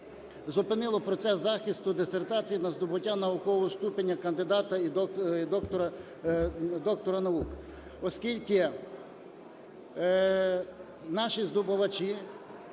зупинило процес захисту дисертації на здобуття наукового ступеня кандидата і доктора наук, оскільки наші здобувачі